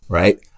right